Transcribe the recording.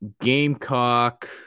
Gamecock